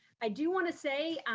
i do wanna say